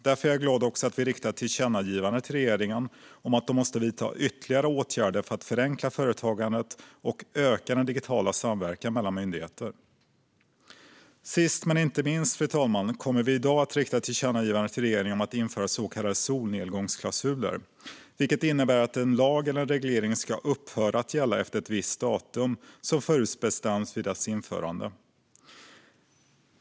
Därför är jag glad att vi också riktar ett tillkännagivande till regeringen om att den måste vidta ytterligare åtgärder för att förenkla företagandet och öka den digitala samverkan mellan myndigheter. Sist men inte minst, fru talman, kommer vi i dag att rikta ett tillkännagivande till regeringen om att införa så kallade solnedgångsklausuler. Det innebär att en lag eller en reglering ska upphöra att gälla efter ett visst datum som förutbestäms vid dess införande.